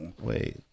wait